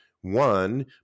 One